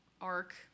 arc